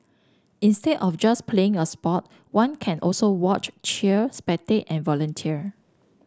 instead of just playing a sport one can also watch cheer spectate and volunteer